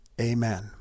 Amen